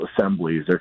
assemblies